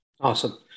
Awesome